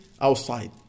outside